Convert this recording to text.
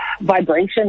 Vibration